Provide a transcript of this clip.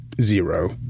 zero